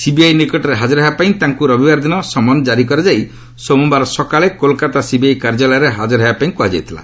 CBI ନିକଟରେ ହାଜର ହେବା ପାଇଁ ତାଙ୍କୁ ରବିବାର ଦିନ ସମନ ଜାରି କରାଯାଇ ସୋମବାର ସକାଳେ କୋଲକାତା ସିବିଆଇ କାର୍ଯ୍ୟାଳୟରେ ହାଜର ହେବା ପାଇଁ କୁହାଯାଇଥିଲା